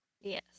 Yes